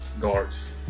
guards